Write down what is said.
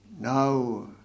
Now